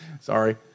Sorry